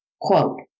quote